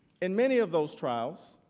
in many of those trials,